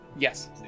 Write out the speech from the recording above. Yes